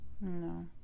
No